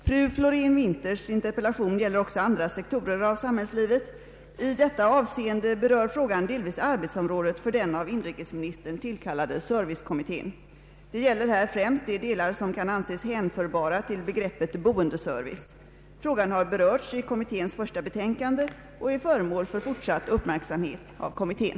Fru Florén-Winthers interpellation gäller också andra sektorer av samhällslivet. I detta avseende berör frågan delvis arbetsområdet för den av inrikesministern tillkallade servicekommittén. Det gäller här främst de delar som kan anses hänförbara till begreppet boendeservice. Frågan har berörts i kommitténs första betänkande och är föremål för fortsatt uppmärksamhet av kommittén.